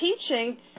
teaching